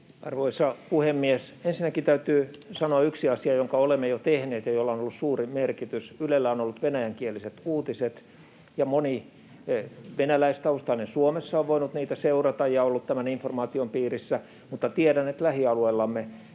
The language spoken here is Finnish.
Arvoisa puhemies! Ensinnäkin täytyy sanoa yksi asia, jonka olemme jo tehneet ja jolla on ollut suuri merkitys: Ylellä on ollut venäjänkieliset uutiset, ja moni venäläistaustainen Suomessa on voinut niitä seurata ja on ollut tämän informaation piirissä, mutta tiedän, että myöskin lähialueillamme